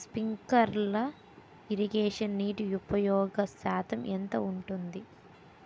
Sprinkler ఇరగేషన్లో నీటి ఉపయోగ శాతం ఎంత ఉంటుంది?